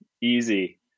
Easy